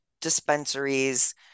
dispensaries